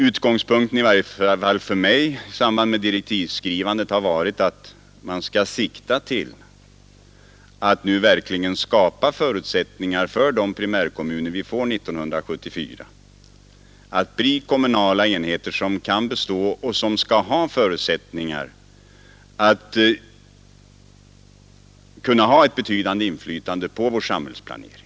Utgångspunkten — i varje fall för mig i samband med direktivskrivandet — har varit att man skall sikta till att verkligen skapa förutsättningar för de primärkommuner vi får 1974 att bli kommunala enheter, som kan bestå och som kan ha betydande inflytande på vår samhällsplanering.